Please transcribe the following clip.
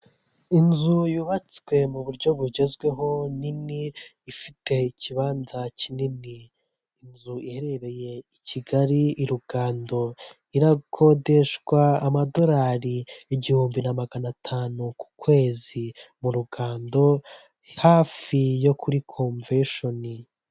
Inzu yubatswe mu buryo bugezweho, nini, ifite ikibanza kinini. Inzu iherereye i Kigali, i Rugando. Irakodeshwa amadolari igihumbi na magana atanu ku kwezi. Mu Rugando, hafi yo kuri komvesheni.